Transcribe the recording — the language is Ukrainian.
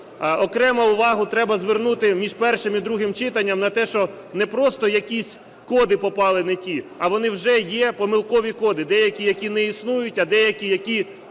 Окрему увагу треба звернути між першим і другим читанням на те, що не просто якісь коди попали не ті, а вони вже є помилкові коди, деякі які не існують, а деякі які